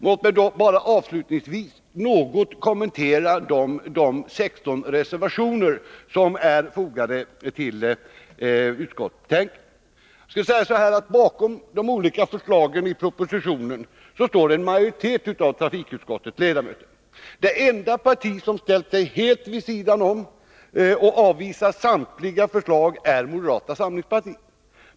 Låt mig bara avslutningsvis något kommentera de 16 reservationer som är fogade till betänkandet. Bakom de olika förslagen i propositionen står en majoritet av trafikutskottets ledamöter. Det enda parti som har ställt sig helt vid sidan om och avvisat samtliga förslag är moderata samlingspartiet.